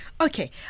Okay